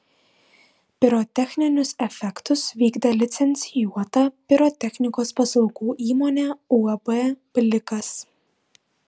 pirotechninius efektus vykdė licencijuota pirotechnikos paslaugų įmonė uab blikas